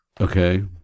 Okay